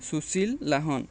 Sushil Lahon